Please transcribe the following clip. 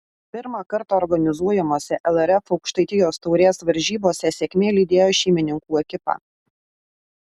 pirmą kartą organizuojamose lrf aukštaitijos taurės varžybose sėkmė lydėjo šeimininkų ekipą